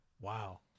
Wow